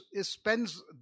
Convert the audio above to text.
spends